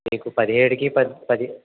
మీకు పదిహేడుకి పది